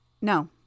No